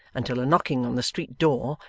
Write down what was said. until a knocking on the street door,